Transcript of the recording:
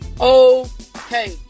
okay